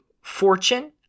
fortune